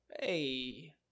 hey